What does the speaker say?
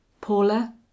paula